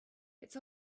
its